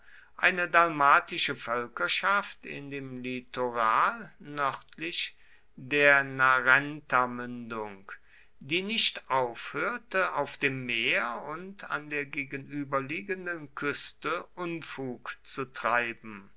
eine dalmatische völkerschaft in dem litoral nördlich der narentamündung die nicht aufhörte auf dem meer und an der gegenüberliegenden küste unfug zu treiben